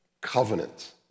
covenant